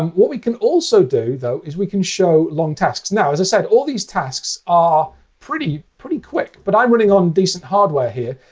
um what we can also do, though, is we can show long tasks. now, as i said, all these tasks are pretty pretty quick. but i'm running on decent hardware here.